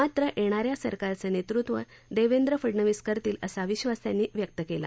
मात्र येणाऱ्या सरकारचं नेतृत्व देवेंद्र फडनवीस करतील असा विश्वास त्यांनी व्यक्त केला